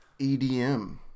EDM